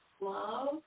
love